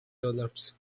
dollars